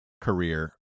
career